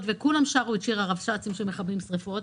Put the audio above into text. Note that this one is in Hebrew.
וכולם שרו את שיר הרבש"צים שמכבים שריפות,